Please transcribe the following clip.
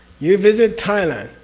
you visit thailand,